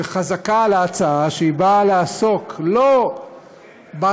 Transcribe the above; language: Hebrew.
שחזקה על ההצעה שהיא באה לעסוק לא ברצון